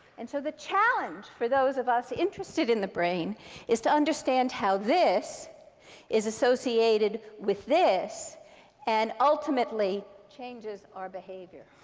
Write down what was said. and so the challenge for those of us interested in the brain is to understand how this is associated with this and ultimately changes our behavior.